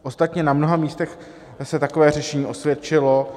Ostatně na mnoha místech se takové řešení osvědčilo.